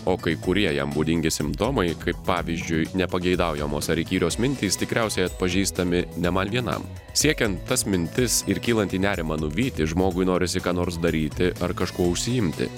o kai kurie jam būdingi simptomai kaip pavyzdžiui nepageidaujamos ar įkyrios mintys tikriausiai atpažįstami ne man vienam siekiant tas mintis ir kylantį nerimą nuvyti žmogui norisi ką nors daryti ar kažkuo užsiimti